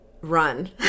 run